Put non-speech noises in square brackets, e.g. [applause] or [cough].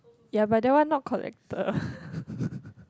ya but that one not collected [breath]